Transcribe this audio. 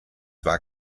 war